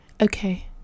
Okay